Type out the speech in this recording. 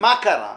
מה קרה?